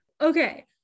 okay